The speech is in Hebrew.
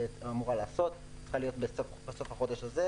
מתי תתחיל ההשבה ללקוחות?